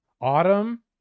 autumn